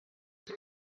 coo